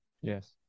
Yes